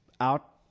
out